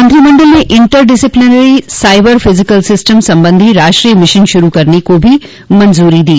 मंत्रिमंडल ने interdisciplinary cyber physical systems संबंधी राष्ट्रीय मिशन शुरू करने को भी मंजूरी दी